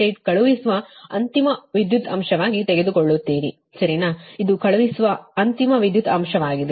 788 ಕಳುಹಿಸುವ ಅಂತಿಮ ವಿದ್ಯುತ್ ಅಂಶವಾಗಿ ತೆಗೆದುಕೊಳ್ಳುತ್ತೀರಿ ಸರಿನಾ ಇದು ಕಳುಹಿಸುವ ಅಂತಿಮ ವಿದ್ಯುತ್ ಅಂಶವಾಗಿದೆ